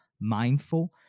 mindful